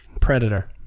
Predator